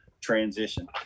transition